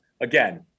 Again